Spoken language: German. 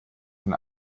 von